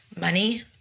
money